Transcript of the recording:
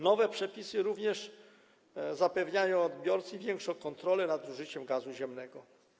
Nowe przepisy również zapewniają odbiorcy większą kontrolę nad zużyciem gazu ziemnego.